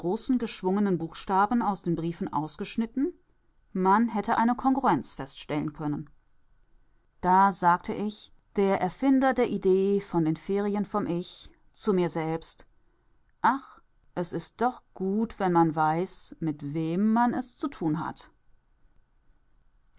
geschwungenen buchstaben aus den briefen ausgeschnitten man hätte eine kongruenz feststellen können da sagte ich der erfinder der idee von den ferien vom ich zu mir selbst ach es ist doch gut wenn man weiß mit wem man es zu tun hat